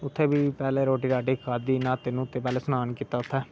उत्थै बी पैहलें रोटी राटी खाध्दी पैहले शनान कीता उत्थै